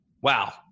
Wow